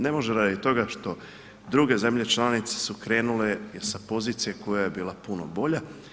Ne može radi toga što druge zemlje članice su krenule sa pozicije koja je bila puno bolja.